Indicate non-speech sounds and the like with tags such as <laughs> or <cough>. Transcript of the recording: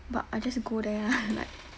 but I just go there ah <laughs> like